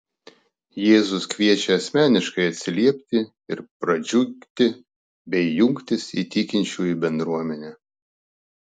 jėzus kviečia asmeniškai atsiliepti ir pradžiugti bei jungtis į tikinčiųjų bendruomenę